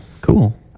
cool